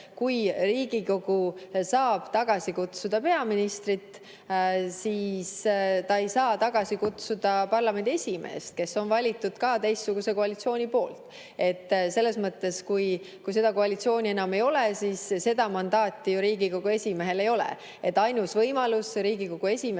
et Riigikogu saab tagasi kutsuda peaministrit, aga ta ei saa tagasi kutsuda parlamendi esimeest, kes on valitud ka teistsuguse koalitsiooni poolt. Selles mõttes, et kui seda koalitsiooni enam ei ole, siis ka seda mandaati ju Riigikogu esimehel ei ole. Ainus võimalus Riigikogu esimeest